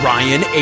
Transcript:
Ryan